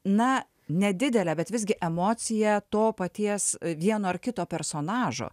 na nedidelę bet visgi emociją to paties vieno ar kito personažo